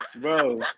Bro